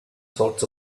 sorts